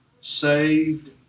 saved